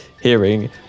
hearing